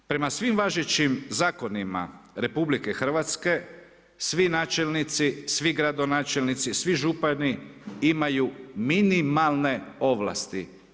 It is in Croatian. Prema svim važećim zakonima RH svi načelnici, svi gradonačelnici, svi župani imaju minimalne ovlasti.